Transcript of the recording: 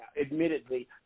admittedly